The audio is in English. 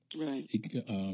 Right